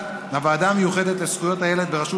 הוועדה המיוחדת לזכויות הילד בראשות